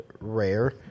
rare